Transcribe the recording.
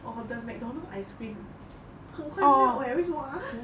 oh or the McDonald's ice cream 很快 melt leh 为什么啊